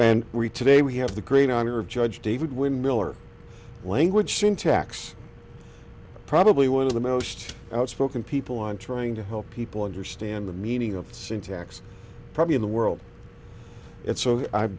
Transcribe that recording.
and we today we have the green honor of judge david when miller language syntax probably one of the most outspoken people on trying to help people understand the meaning of syntax probably in the world